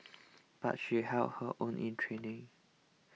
but she held her own in training